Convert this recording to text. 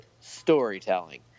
storytelling